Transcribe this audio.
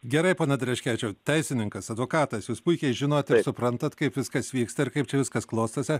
gerai pone dereškevičiau teisininkas advokatas jūs puikiai žinot suprantat kaip viskas vyksta ir kaip čia viskas klostosi